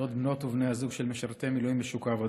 בנות ובני זוג של משרתי מילואים בשוק העבודה.